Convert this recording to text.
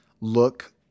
look